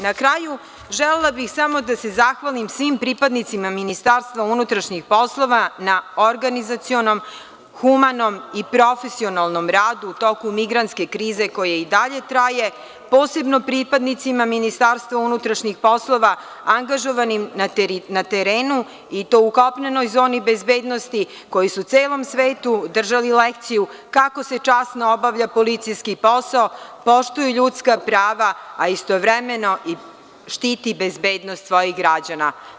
Na kraju, želela bih samo da se zahvalim svim pripadnicima MUP na organizacionom, humanom i profesionalnom radu u toku migrantske krize koja i dalje traje, posebno pripadnicima MUP angažovanim na terenu i to u kopnenoj zoni bezbednosti, koji su celom svetu držali lekciju kako se časno obavlja policijski posao, poštuju ljudska prava, a istovremeno štiti bezbednost svojih građana.